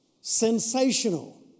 sensational